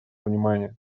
внимание